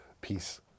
peace